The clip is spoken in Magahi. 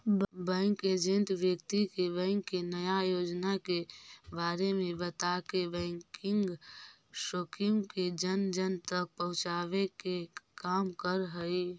बैंक एजेंट व्यक्ति के बैंक के नया योजना के बारे में बताके बैंकिंग स्कीम के जन जन तक पहुंचावे के काम करऽ हइ